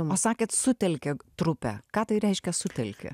sakėt sutelkė trupę ką tai reiškia suteikė